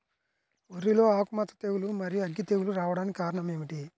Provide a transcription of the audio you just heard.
వరిలో ఆకుమచ్చ తెగులు, మరియు అగ్గి తెగులు రావడానికి కారణం ఏమిటి?